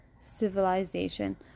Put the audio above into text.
civilization